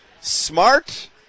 smart